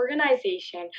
organization